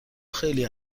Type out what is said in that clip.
خیلی